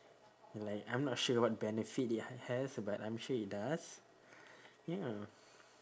like I'm not sure what benefit it ha~ has but I'm sure it does ya